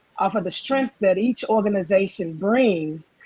off of the strengths that each organization brings,